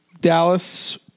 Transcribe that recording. Dallas